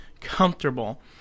comfortable